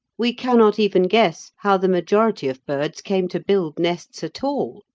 we cannot even guess how the majority of birds came to build nests at all,